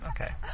Okay